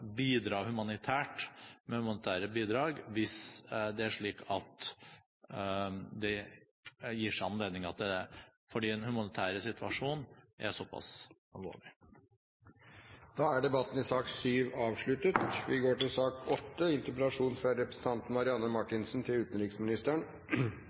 bidra humanitært med humanitære bidrag hvis det er slik at det gir seg anledninger til det, for den humanitære situasjonen er såpass alvorlig. Debatten i sak nr. 7 er avsluttet.